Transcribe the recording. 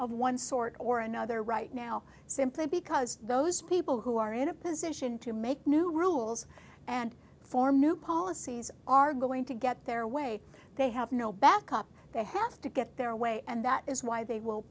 of one sort or another right now simply because those people who are in a position to make new rules and form new policies are going to get their way they have no backup they have to get their way and that is why they will